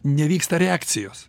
nevyksta reakcijos